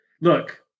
look